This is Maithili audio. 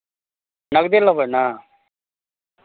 नगदे लेबै ने